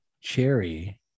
Cherry